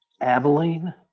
abilene